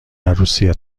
عروسی